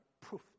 proof